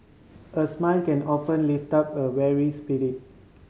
a smile can often lift up a weary